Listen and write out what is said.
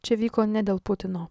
čia vyko ne dėl putino